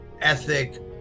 ethic